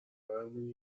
برمونن